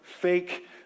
fake